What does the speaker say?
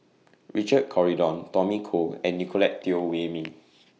Richard Corridon Tommy Koh and Nicolette Teo Wei Min